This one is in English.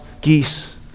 geese